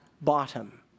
bottom